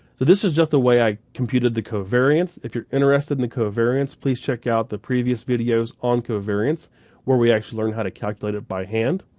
this is just the way i computed the covariance if you're interested in the covariance please check out the previous videos on covariance where we actually learn how to calculate it by hand.